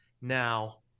Now